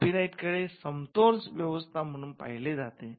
copyright कडे समतोल व्यवस्था म्हणून पहिले जाते